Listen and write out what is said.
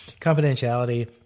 confidentiality